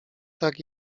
tak